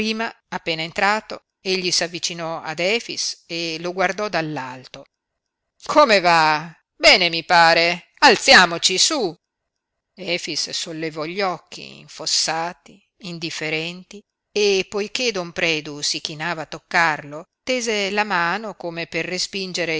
appena entrato egli s'avvicinò ad efix e lo guardò dall'alto come va bene mi pare alziamoci su efix sollevò gli occhi infossati indifferenti e poiché don predu si chinava a toccarlo tese la mano come per respingere